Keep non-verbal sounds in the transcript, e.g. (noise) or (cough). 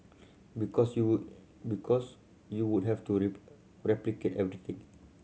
because you because you would have to (unintelligible) replicate everything